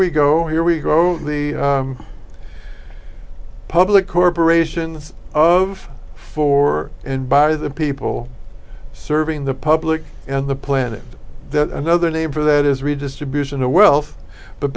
we go here we go the public corporations of for and by the people serving the public and the planet that another name for that is redistribution of wealth but